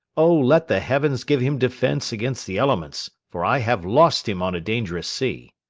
o, let the heavens give him defence against the elements, for i have lost him on a dangerous sea!